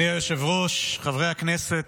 אדוני היושב-ראש, חברי הכנסת,